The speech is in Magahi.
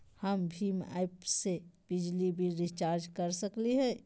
हम भीम ऐप से बिजली बिल रिचार्ज कर सकली हई?